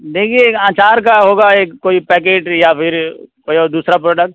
देखिए एक आचार का होगा एक कोई पैकेट या फिर कोई और दूसरा प्रोडक्ट